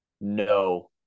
No